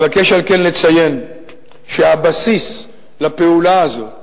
אבקש, על כן, לציין שהבסיס לפעולה הזאת,